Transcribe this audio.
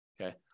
Okay